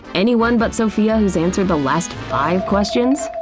anyone but sophia who's answered the last five questions?